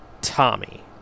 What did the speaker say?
Tommy